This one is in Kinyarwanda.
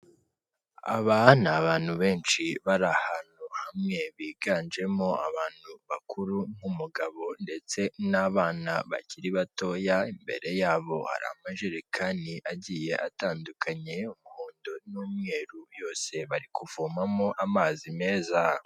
Aba ni abantu benshi, bari ahantu hamwe, biganjemo abantu bakuru nk'umugabo ndetse n'abana bakiri batoya, imbere yabo hari amajerekani agiye atandukanye, umuhondo n'umweru, yose bari kuvomamo amazi meza.